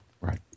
Right